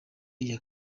iya